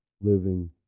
living